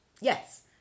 yes